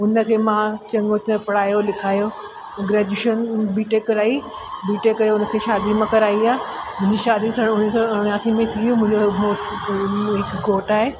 हुन खे मां चङो तरह पढ़ायो लिखायो ग्रेजयूएशन बीटेक कराई बीटेक करे हुन खे शादी मां कराई आहे मुंहिंजी जी शादी सन उणिवीह सौ उणासी थी हुई मुंहिंजो हिकु घोटु आहे